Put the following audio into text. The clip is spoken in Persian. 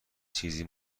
چیزی